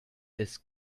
this